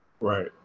Right